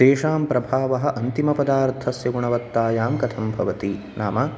तेषां प्रभावः अन्तिम पदार्थस्य गुणवत्तायां कथं भवति नाम